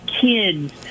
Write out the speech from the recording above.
kids